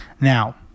Now